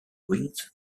wings